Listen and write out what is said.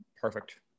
perfect